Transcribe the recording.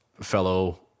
fellow